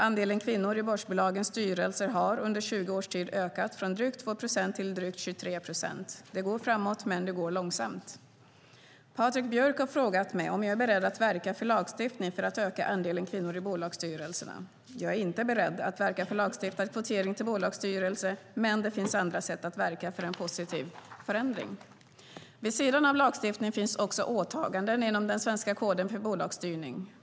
Andelen kvinnor i börsbolagens styrelser har under 20 års tid ökat från drygt 2 procent till drygt 23 procent. Det går framåt, men det går långsamt. Patrik Björck har frågat mig om jag är beredd att verka för lagstiftning för att öka andelen kvinnor i bolagsstyrelserna. Jag är inte beredd att verka för lagstiftad kvotering till bolagsstyrelser, men det finns andra sätt att verka för en positiv förändring. Vid sidan av lagstiftning finns också åtaganden inom den svenska koden för bolagsstyrning.